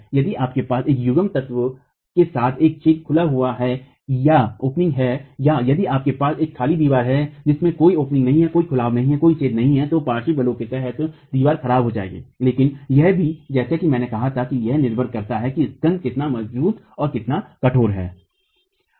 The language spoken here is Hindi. यदि आपके पास एक युग्मन तत्व के साथ एक छेदखुला हुआ है या यदि आपके पास एक खाली दीवार है जिसमें कोई छेदखुलाव नहीं है तो पार्श्व बलों के तहत दीवार ख़राब हो जाएगी लेकिन यह भी जैसा कि मैंने कहा कि यह निर्भर करता है कि स्कन्ध कितना मजबूत और कितना कठोर है